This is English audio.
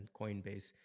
Coinbase